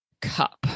cup